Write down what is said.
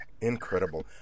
Incredible